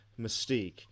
mystique